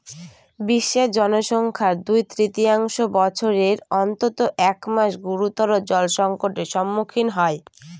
বিশ্বের জনসংখ্যার দুই তৃতীয়াংশ বছরের অন্তত এক মাস গুরুতর জলসংকটের সম্মুখীন হয়